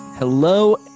Hello